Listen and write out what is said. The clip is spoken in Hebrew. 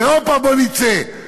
והופה, בוא נצא.